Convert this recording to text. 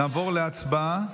נעבור להצבעה,